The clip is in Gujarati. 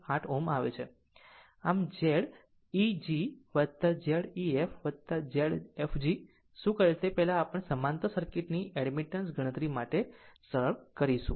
આમ Zeg હવે Z ef Zfg શું કરે છે તે પહેલાં આપણે સમાંતર સમાંતર સર્કિટની એડમિટન્સ ગણતરી માટે સરળ ગણતરી કરીશું